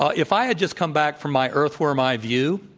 ah if i had just come back from my earthworm eye view,